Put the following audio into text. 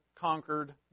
conquered